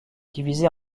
divisée